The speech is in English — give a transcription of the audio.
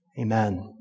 Amen